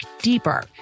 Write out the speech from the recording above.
deeper